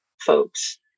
folks